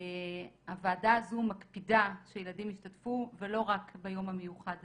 הוועדה הזו מקפידה שילדים ישתתפו ולא רק ביום המיוחד הזה.